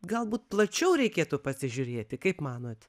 galbūt plačiau reikėtų pasižiūrėti kaip manot